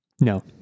No